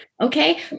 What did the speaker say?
Okay